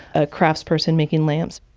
a craftsperson making lamps,